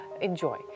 enjoy